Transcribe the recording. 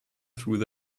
through